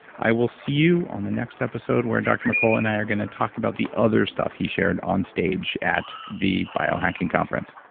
i will see you on the next episode where dr. mercola and i are going to talk about the other stuff he shared onstage at the biohacking conference